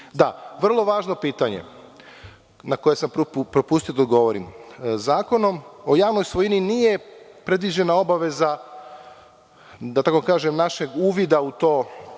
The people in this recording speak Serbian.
vrlo važno pitanje na koje sam propustio da odgovorim. Zakonom o javnoj svojini nije predviđena obaveza našeg uvida u to,